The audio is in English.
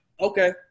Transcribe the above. Okay